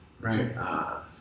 right